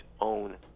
own